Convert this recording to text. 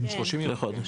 כן, לחודש.